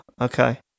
okay